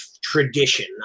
tradition